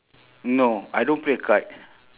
no I don't play kite